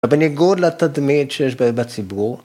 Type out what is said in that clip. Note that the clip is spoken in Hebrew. בניגוד לתדמית שיש בציבור